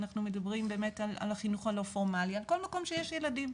אנחנו מדברים באמת על החינוך הלא פורמלי ועל כל מקום שיש בו ילדים.